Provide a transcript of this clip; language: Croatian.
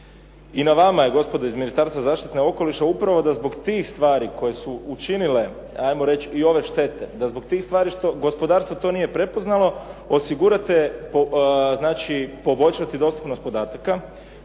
I na vama je gospodo iz Ministarstva zaštite okoliša upravo da zbog tih stvari koje su učinile ajmo reći i ove štete da zbog tih stvari gospodarstvo to nije prepoznale osigurate znači poboljšati dostupnost podataka,